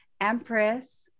Empress